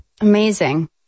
amazing